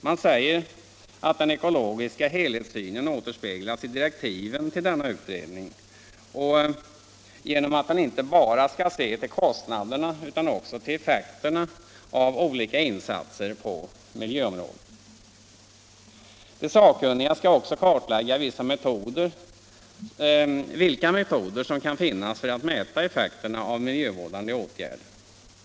Man säger att den ekologiska helhetssynen återspeglas i direktiven till denna utredning genom att den inte bara skall se till kostnaderna utan också till effekterna av olika insatser på miljöområdet. De sakkunniga skall också kartlägga vilka metoder som kan finnas för att mäta effekterna av miljövårdande åtgärder.